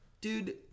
dude